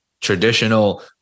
traditional